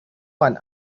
one